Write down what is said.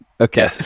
okay